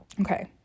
okay